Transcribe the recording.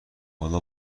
حالا